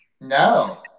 No